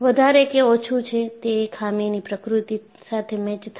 વધારે કે ઓછું છે તે ખામીની પ્રકૃતિ સાથે મેચ થાશે